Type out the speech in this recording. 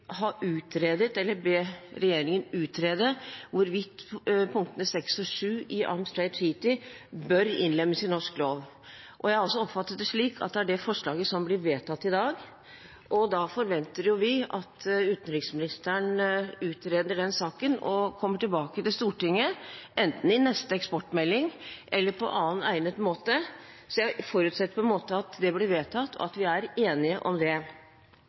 be regjeringen utrede hvorvidt artiklene 6 og 7 i Arms Trade Treaty bør innlemmes i norsk lov. Jeg har også oppfattet det slik at det forslaget blir vedtatt i dag. Da forventer vi at utenriksministeren utreder denne saken og kommer tilbake til Stortinget, enten i forbindelse med neste eksportmelding eller på annen egnet måte. Jeg forutsetter at det blir vedtatt, at vi er enige om det.